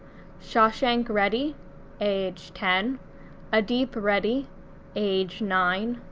shashank reddy age ten ah adeep reddy age nine,